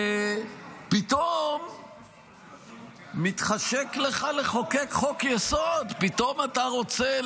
ופתאום מתחשק לך לחוקק חוק-יסוד, פתאום אתה רוצה